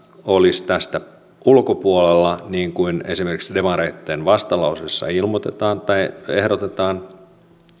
olisi tästä ulkopuolella niin kuin esimerkiksi demareitten vastalauseessa ilmoitetaan tai ehdotetaan